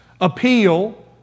appeal